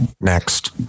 next